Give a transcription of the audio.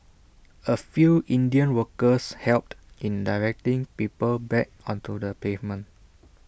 A few Indian workers helped in directing people back onto the pavement